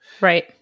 Right